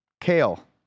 Kale